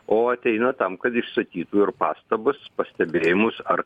o ateina tam kad išsakytų ir pastabas pastebėjimus ar